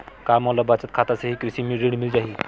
का मोला बचत खाता से ही कृषि ऋण मिल जाहि?